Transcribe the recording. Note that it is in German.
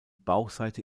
bauchseite